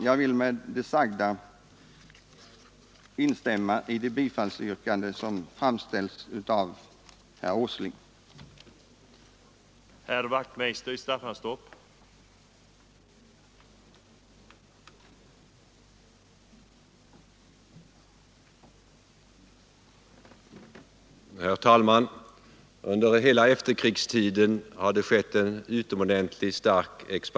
Jag vill med det sagda instämma i de yrkanden som framställts av herr Åsling.